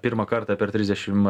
pirmą kartą per trisdešim